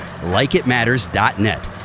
Likeitmatters.net